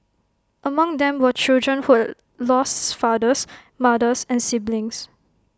among them were children who lost fathers mothers and siblings